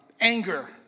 anger